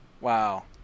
Wow